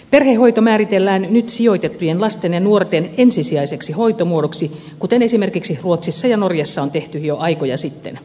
perhehoito määritellään nyt sijoitettujen lasten ja nuorten ensisijaiseksi hoitomuodoksi kuten esimerkiksi ruotsissa ja norjassa on tehty jo aikoja sitten